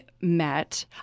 met